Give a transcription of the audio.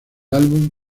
álbum